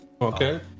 okay